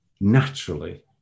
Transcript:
naturally